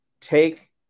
take